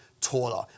taller